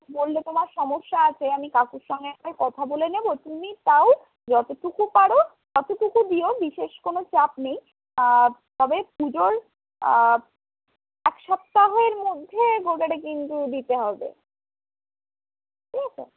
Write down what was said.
বললে তোমার সমস্যা আছে আমি কাকুর সঙ্গে একবার কথা বলে নেব তুমি তাও যতটুকু পারো ততটুকু দিও বিশেষ কোনো চাপ নেই আর তবে পুজোর একসপ্তাহের মধ্যে গোটাটা কিন্তু দিতে হবে ঠিক আছে